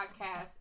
podcast